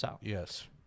Yes